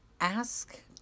ask